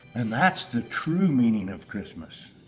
and that's the true meaning of christmas,